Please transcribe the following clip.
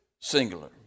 singular